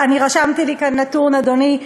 אני רשמתי לי כאן נתון, אדוני.